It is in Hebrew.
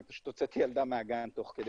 אני פשוט הוצאתי ילדה מהגן תוך כדי.